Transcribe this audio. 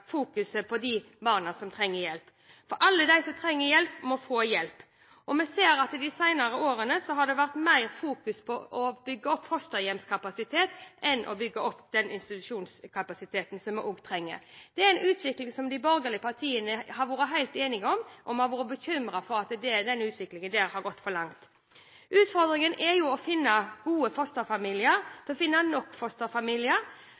på de barna som trenger hjelp. Alle de som trenger hjelp, må få hjelp. Vi ser at man i de senere år har fokusert mer på å bygge opp fosterhjemskapasitet enn å bygge opp den institusjonskapasiteten som vi også trenger. Det er en utvikling som de borgerlige partiene har vært helt enige om, og vi har vært bekymret for at denne utviklingen har gått for langt. Utfordringen er å finne gode fosterfamilier